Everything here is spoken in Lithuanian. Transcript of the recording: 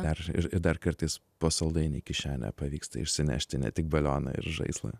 dar ir ir dar kartais po saldainį į kišenę pavyksta išsinešti ne tik balioną ir žaislą